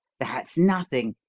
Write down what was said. that's nothing.